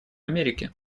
америки